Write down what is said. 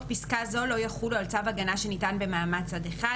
פסקה זו לא יחולו על צו הגנה שניתן במעמד צד אחד,